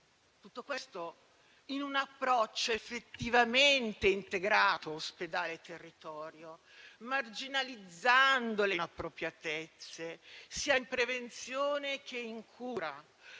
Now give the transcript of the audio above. Tutto questo in un approccio effettivamente integrato ospedale-territorio, marginalizzando le inappropriatezze sia in prevenzione sia in cura,